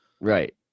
Right